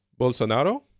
bolsonaro